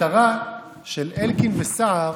המטרה של אלקין וסער